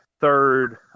third